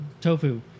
tofu